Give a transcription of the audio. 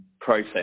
process